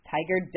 Tiger